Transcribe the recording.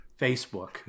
Facebook